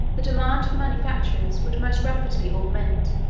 the demand for manufactures would most rapidly augment,